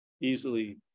Easily